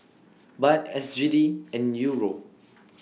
Baht S G D and Euro